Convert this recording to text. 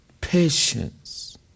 patience